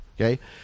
okay